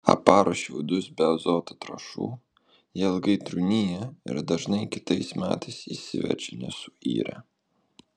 aparus šiaudus be azoto trąšų jie ilgai trūnija ir dažnai kitais metais išsiverčia nesuirę